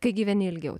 kai gyveni ilgiau